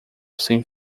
sem